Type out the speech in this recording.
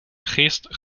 geest